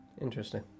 Interesting